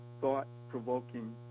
thought-provoking